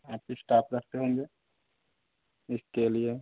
आप इश्टाफ रखते होंगे इसके लिए